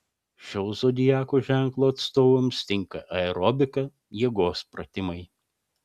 šio zodiako ženklo atstovams tinka aerobika jėgos pratimai